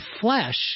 flesh